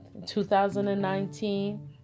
2019